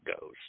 goes